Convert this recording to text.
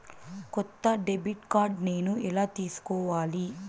కొత్త debit card నేను ఎలా తీసుకోవాలి?